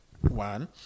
One